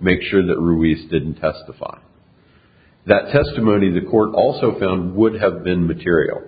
make sure that ruiz didn't testify that testimony the court also found would have been material